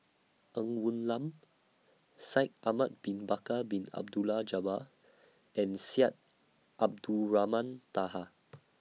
Ng Woon Lam Shaikh Ahmad Bin Bakar Bin Abdullah Jabbar and Syed Abdulrahman Taha